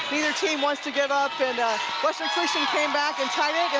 neither team wants to give up and western christian came back and tied it.